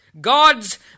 God's